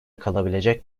kalabilecek